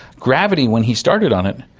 gravity, when he started on it,